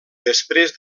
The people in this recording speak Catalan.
després